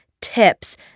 tips